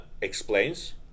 explains